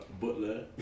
butler